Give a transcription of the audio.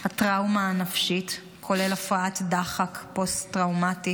הטראומה הנפשית, כולל הפרעת דחק פוסט-טראומטית,